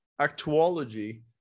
actuology